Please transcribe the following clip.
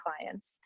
clients